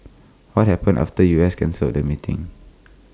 what happened after U S cancelled the meeting